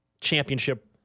championship